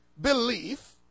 belief